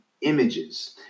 images